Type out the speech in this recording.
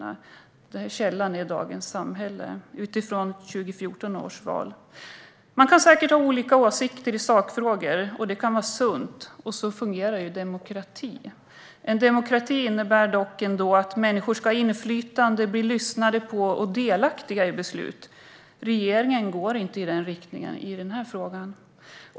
Källan till detta är Dagens Samhälle, och beräkningen är gjord utifrån 2014 års val. Man kan ha olika åsikter i sakfrågor. Det kan vara sunt, och så fungerar demokratin. En demokrati innebär dock att människor ska ha inflytande, bli lyssnade på och vara delaktiga i beslut. Regeringen går inte i den riktningen i den här frågan.